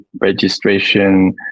registration